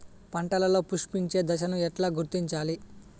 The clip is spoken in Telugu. పంటలలో పుష్పించే దశను ఎట్లా గుర్తించాలి?